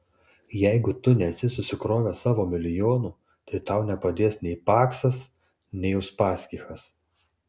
jeigu tu nesi susikrovęs savo milijonų tai tau nepadės nei paksas nei uspaskichas